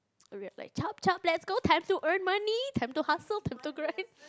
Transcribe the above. everyone like chop chop let's go time to earn money time to hustle time to grind